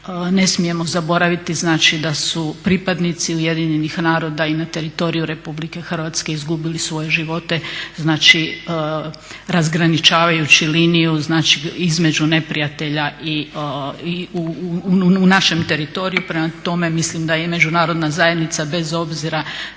Ne smijemo zaboraviti da su pripadnici UN-a i na teritoriju RH izgubili svoje život razgraničavajući liniju između neprijatelja u našem teritoriju, prema tome mislim da je i međunarodna zajednica bez obzira